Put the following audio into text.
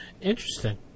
interesting